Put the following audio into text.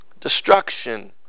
Destruction